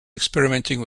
experimenting